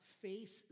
face